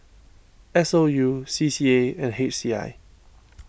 S O U C C A and H C I